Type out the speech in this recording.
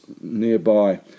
nearby